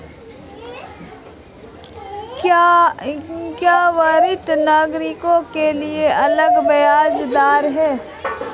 क्या वरिष्ठ नागरिकों के लिए अलग ब्याज दर है?